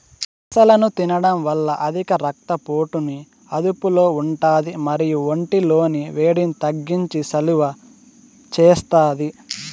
పెసలను తినడం వల్ల అధిక రక్త పోటుని అదుపులో ఉంటాది మరియు ఒంటి లోని వేడిని తగ్గించి సలువ చేస్తాది